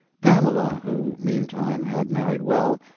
pamela, who, meantime, had married well,